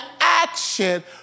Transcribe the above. action